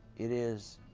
it is,